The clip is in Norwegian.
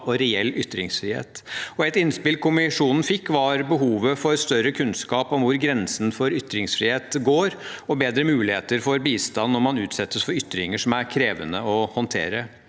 og reell ytringsfrihet. Et innspill kommisjonen fikk, var behovet for større kunnskap om hvor grensen for ytringsfrihet går og bedre muligheter for bistand når man utsettes for ytringer som er krevende å håndtere.